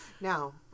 Now